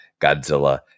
Godzilla